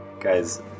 Guys